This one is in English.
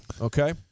Okay